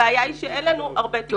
הבעיה היא שאין לנו הרבה תיקים כאלה.